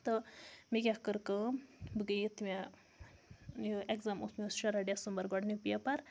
تہٕ مےٚ کیٛاہ کٔر کٲم بہٕ گٔے یُتھ مےٚ یہِ اٮ۪کزام اوس مےٚ اوس شُراہ ڈسمبَر گۄڈنیُک پیپَر